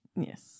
Yes